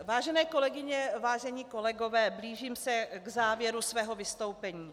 Vážené kolegyně, vážení kolegové, blížím se k závěru svého vystoupení.